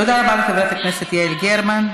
תודה רבה לחברת הכנסת יעל גרמן.